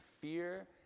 fear